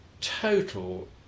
total